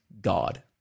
God